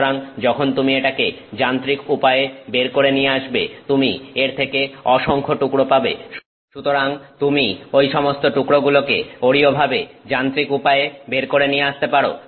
সুতরাং যখন তুমি এটাকে যান্ত্রিক উপায়ে বের করে নিয়ে আসবে তুমি এর থেকে অসংখ্য টুকরো পাবে সুতরাং তুমি ঐ সমস্ত টুকরোগুলোকে অরীয়ভাবে যান্ত্রিক উপায়ে বের করে নিয়ে আসতে পারো